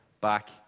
back